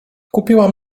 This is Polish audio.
kupiłam